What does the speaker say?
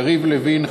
יריב לוין,